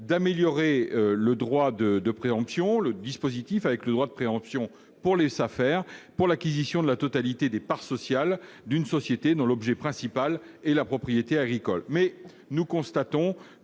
d'améliorer le dispositif, avec un droit de préemption accordé aux SAFER pour l'acquisition de la totalité des parts sociales d'une société dont l'objet principal est la propriété agricole. Mais nous constatons